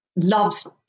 loves